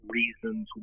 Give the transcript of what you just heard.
reasons